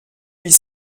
huit